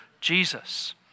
Jesus